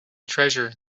treasure